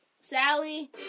Sally